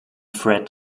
fred